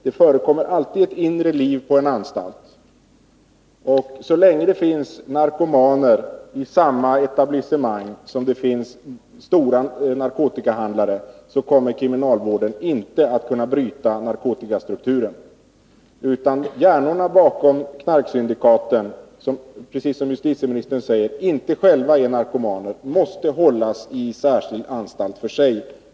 Det förekommer alltid ett inre liv på en anstalt, och så länge det finns narkomaner i samma etablissemang som det finns stora narkotikahandlare kommer kriminalvården inte att kunna bryta narkotikastrukturen. Hjärnorna bakom knarksyndikaten, som — precis som justitieministern säger — inte själva är narkomaner, måste hållas i särskild anstalt för sig.